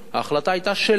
ההחלטה היתה שלא,